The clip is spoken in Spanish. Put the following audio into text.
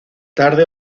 tarde